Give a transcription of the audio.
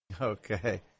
Okay